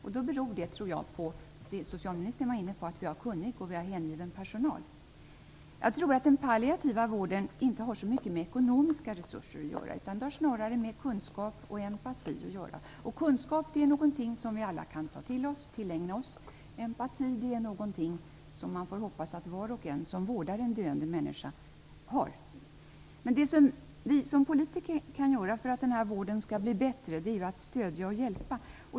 Jag tror att det beror på det socialministern var inne på, att vi har en kunnig och hängiven personal. Den palliativa vården har inte så mycket med ekonomiska resurser att göra utan snarare med kunskap och empati. Kunskap är någonting som vi alla kan tillägna oss. Empati är någonting som man får hoppas att var och en som vårdar en döende människa har. Det som vi som politiker kan göra för att den här vården skall bli bättre är att stödja och hjälpa.